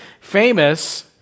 famous